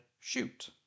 Shoot